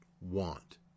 want